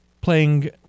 Playing